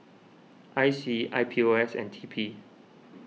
I C I P O S and T P